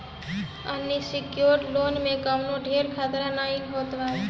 unsecured loan में कवनो ढेर खतरा नाइ होत हवे